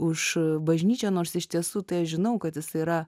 už bažnyčią nors iš tiesų tai aš žinau kad jis yra